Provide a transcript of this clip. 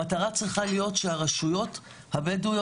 המטרה צריכה להיות שהרשויות הבדואיות